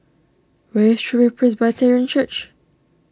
where is True Way Presbyterian Church